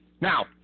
Now